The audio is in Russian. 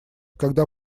когда